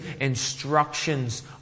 instructions